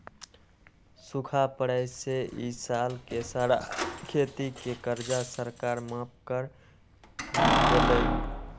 सूखा पड़े से ई साल के सारा खेती के कर्जा सरकार माफ कर देलई